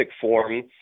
form